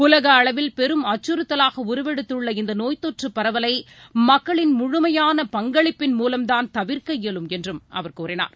உலக அளவில் பெரும் அச்சுறுத்தலாக உருவெடுத்துள்ள இந்த நோய் தொற்றுப் பரவலை மக்களின் முழுமையான பங்களிப்பின் மூலம்தான் தவிர்க்க இயலும் என்று அவர் கூறினார்